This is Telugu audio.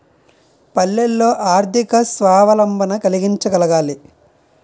పల్లెల్లో ఆర్థిక స్వావలంబన కలిగించగలగాలి